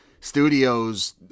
studios